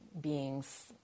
beings